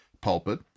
pulpit